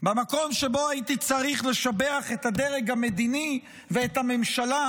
במקום שבו הייתי צריך לשבח את הדרג המדיני ואת הממשלה